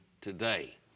today